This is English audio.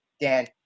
Dan